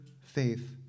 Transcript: faith